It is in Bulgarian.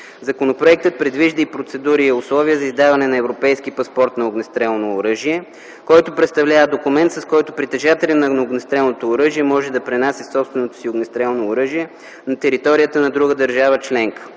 Законопроектът предвижда и процедура и условия за издаване на европейски паспорт на огнестрелно оръжие, който представлява документ, с който притежателят на огнестрелното оръжие може да пренася собственото си огнестрелно оръжие на територията на друга държава членка.